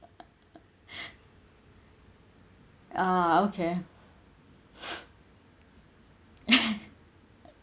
ah okay